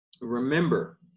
Remember